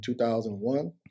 2001